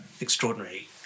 extraordinary